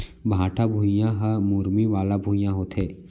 भाठा भुइयां ह मुरमी वाला भुइयां होथे